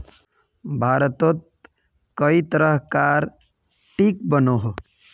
भारतोत कई तरह कार कीट बनोह